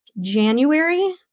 January